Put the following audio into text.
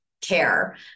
care